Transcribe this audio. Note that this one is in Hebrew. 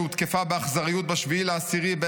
שהותקפה באכזריות ב-7 באוקטובר,